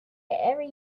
every